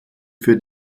für